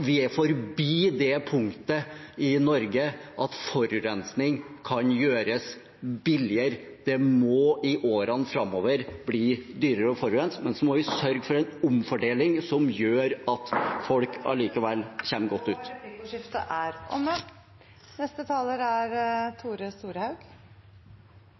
Vi er forbi det punktet i Norge der forurensing kan gjøres billigere. Det må i årene framover bli dyrere å forurense. Men så må vi sørge for en omfordeling som gjør at folk allikevel kommer godt ut. Da er tiden er ute, og replikkordskiftet er omme.